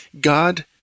God